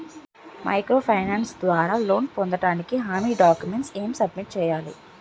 Micro finance ద్వారా loan పొందటానికి హామీ డాక్యుమెంట్స్ ఎం సబ్మిట్ చేయాలి?